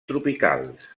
tropicals